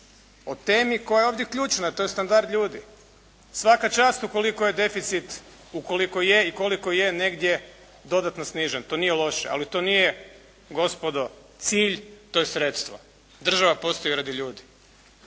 o temi koja je ovdje ključna, to je standard ljudi. Svaka čast ukoliko je deficit, ukoliko je i koliko je negdje dodatno snižen. To nije loše, ali to nije gospodo cilj, to je sredstvo. Država postoji radi ljudi.